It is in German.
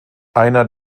einer